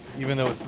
even though